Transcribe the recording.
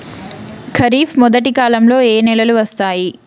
ఖరీఫ్ మొదటి కాలంలో ఏ నెలలు వస్తాయి?